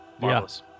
marvelous